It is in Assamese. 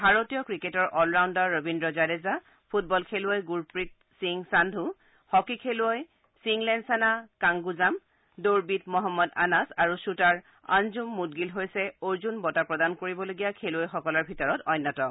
ভাৰতীয় ক্ৰিকেটৰ all rounder Ravindra Jadeja football খেলুৱৈ গুৰপ্ৰীত সিং সান্ধু হকী খেলুৱৈ চিঙ লেনছানা কাংগুজাম দৌৰবিদ মহম্মদ আনাছ আৰু ষুটাৰ অন্জুম মুডগিল হৈছে অৰ্জন বঁটা প্ৰদান কৰিবলগীয়া খেলুৱৈসকলৰ ভিতৰত অন্যতম